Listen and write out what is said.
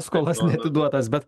skolas neatiduotas bet